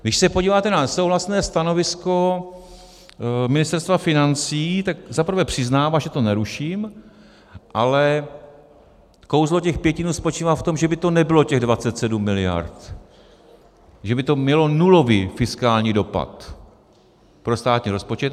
Když se podíváte na nesouhlasné stanovisko Ministerstva financí, tak zaprvé přiznám, že to neruším, ale kouzlo těch 5 dnů spočívá v tom, že by to nebylo těch 27 miliard, že by to mělo nulový fiskální dopad pro státní rozpočet.